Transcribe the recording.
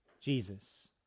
Jesus